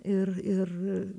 ir ir